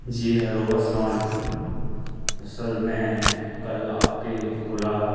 جی hello السلام علیکم sir میں کل آپ کے اولا